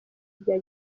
bya